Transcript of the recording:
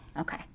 Okay